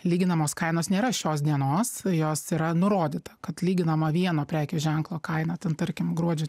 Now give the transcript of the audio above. lyginamos kainos nėra šios dienos jos yra nurodyta kad lyginama vieno prekės ženklo kaina ten tarkim gruodžio